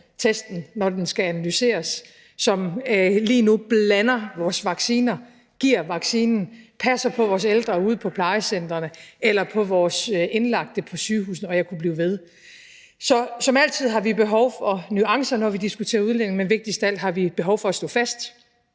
testen, når den skal analyseres; som lige nu blander vores vacciner; giver vaccinen; passer på vores ældre ude på plejecentrene eller passer på vores indlagte på sygehusene. Og jeg kunne blive ved. Så som altid har vi behov for nuancer, når vi diskuterer udlændinge, men vigtigst af alt har vi behov for at stå fast